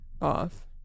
off